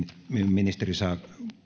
ministeri saa